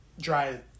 dry